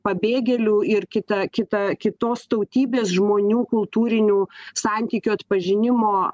pabėgėlių ir kita kita kitos tautybės žmonių kultūrinių santykių atpažinimo